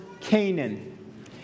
Canaan